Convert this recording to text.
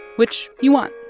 which you want